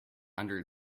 under